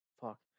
fuck